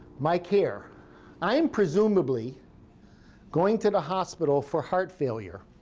my care i am presumably going to the hospital for heart failure.